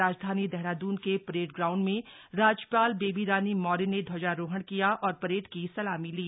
राजधानी देहरादून के parade ground में राज्यपाल बेबी रानी मौर्य ने ध्वजारोहण किया और परेड की सलामी ली